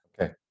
okay